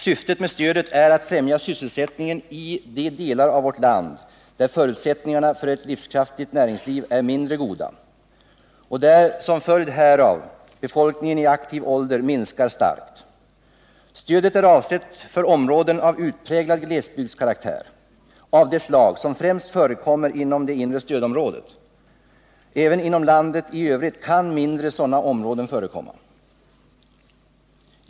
Syftet med stödet är att främja sysselsättningen i de delar av vårt land där förutsättningarna för ett livskraftigt näringsliv är mindre goda och där som följd härav befolkningen i aktiv ålder minskar starkt. Stödet är avsett för områden av utpräglad glesbygdskaraktär av det slag som främst förekommer inom det inre stödområdet. Även inom landet i övrigt kan mindre sådana områden förekomma.